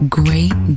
great